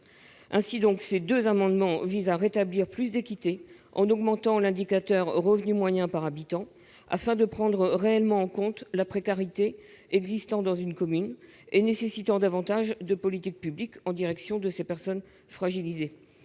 Ainsi, ces deux amendements visent à rétablir plus d'équité en augmentant le poids du revenu moyen par habitant afin de prendre réellement en compte la précarité existant dans une commune, laquelle nécessite aussi davantage de politiques publiques en direction des personnes fragilisées.